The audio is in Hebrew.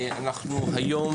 היום,